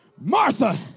Martha